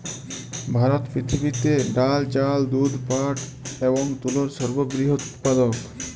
ভারত পৃথিবীতে ডাল, চাল, দুধ, পাট এবং তুলোর সর্ববৃহৎ উৎপাদক